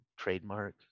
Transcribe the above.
trademark